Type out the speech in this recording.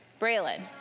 Braylon